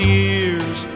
years